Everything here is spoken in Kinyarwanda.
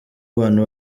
abantu